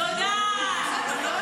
תודה רבה.